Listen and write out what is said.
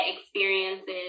experiences